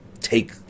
take